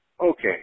okay